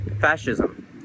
fascism